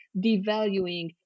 devaluing